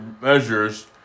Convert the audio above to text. measures